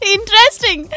Interesting